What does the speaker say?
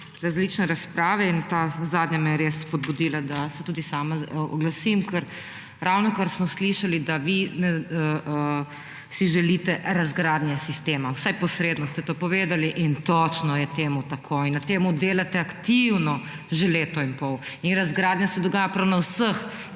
različne razprave, in ta zadnja me je res spodbudila, da se tudi sama oglasim. Kar ravnokar smo slišali, da vi si želite razgradnje sistema, vsaj posredno ste to povedali. In točno je temu tako. In na temu delate aktivno že leto in pol. in razgradnja se dogaja prav na vseh